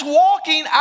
walking